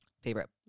Favorite